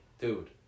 dude